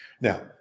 Now